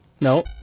No